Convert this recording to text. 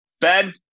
Ben